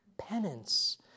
Penance